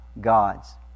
gods